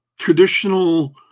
traditional